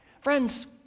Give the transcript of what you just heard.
Friends